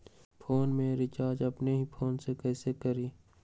Phone में recharge अपने ही फ़ोन से कईसे करी?